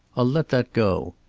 i'll let that go.